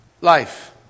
life